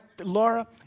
Laura